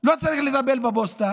לא צריך לטפל בפוסטה,